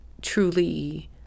truly